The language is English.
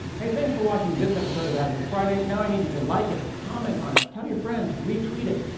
hey, thanks for watching this episode of azure friday. now, i need you to like it, comment on it, tell your friends, retweet it.